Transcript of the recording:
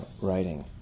writing